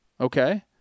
okay